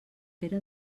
pere